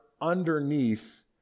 underneath